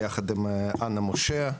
ביחד עם אנה משה,